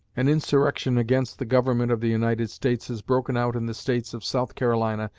an insurrection against the government of the united states has broken out in the states of south carolina,